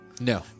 no